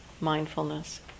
mindfulness